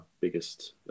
biggest